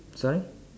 sorry